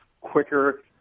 quicker